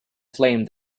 flame